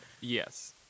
Yes